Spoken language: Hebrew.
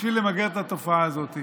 בשביל למגר את התופעה הזאת.